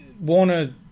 Warner